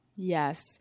Yes